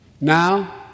Now